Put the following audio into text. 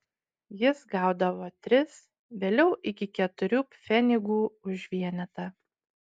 jis gaudavo tris vėliau iki keturių pfenigų už vienetą